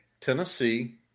Tennessee